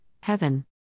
heaven